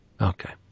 Okay